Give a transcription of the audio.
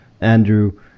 Andrew